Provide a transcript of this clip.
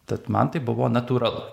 tad man tai buvo natūralu